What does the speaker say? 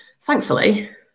Thankfully